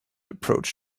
approached